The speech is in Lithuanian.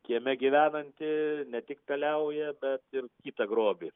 kieme gyvenanti ne tik peliauja bet ir kitą grobį